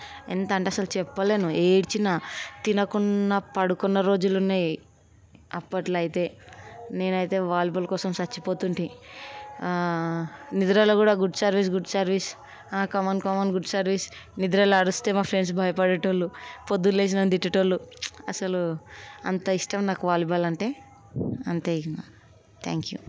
ఎంత అంటే అసలు చెప్పలేను ఏడ్చినా తినకుండా పడుకున్న రోజులు ఉన్నాయి అప్పట్లో అయితే నేనైతే వాలీబాల్ కోసం చచ్చిపోతుంటి నిద్రలో కూడా good service good service come on come on good service నిద్రలో అరిస్తే మా ఫ్రెండ్స్ భయపడే వాళ్ళు పొద్దున లేచి నన్ను తిట్టే వాళ్ళు అసలు అంత ఇష్టం నాకు వాలిబాల్ అంటే అంతే ఇంకా థ్యాంక్ యు